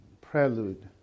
prelude